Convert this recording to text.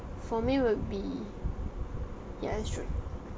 my for me would be ya it's true